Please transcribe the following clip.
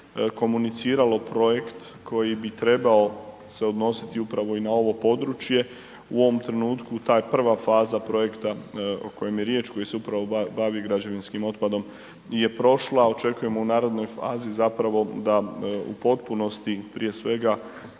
komuniciralo projekt koji bi trebao se odnositi upravo i na ovo područje, u ovom trenutku ta je prva faza projekta o kojem je riječ koji se upravo bavi građevinskim otpadom je prošla očekujemo u narednoj fazi zapravo da u potpunosti prije svega